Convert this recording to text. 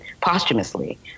posthumously